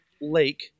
lake